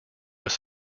was